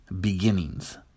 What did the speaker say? beginnings